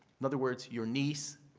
in other words, your niece,